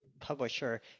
publisher